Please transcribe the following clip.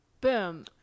Boom